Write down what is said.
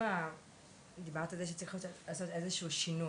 אם דיברת על זה שצריך לעשות איזשהו שינוי,